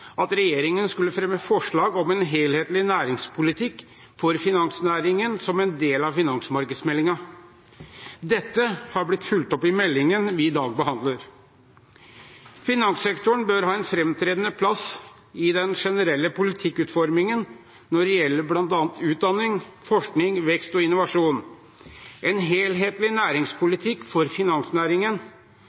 at regjeringen skulle fremme forslag om en helhetlig næringspolitikk for finansnæringen som en del av finansmarkedsmeldingen. Dette har blitt fulgt opp i meldingen vi i dag behandler. Finanssektoren bør ha en framtredende plass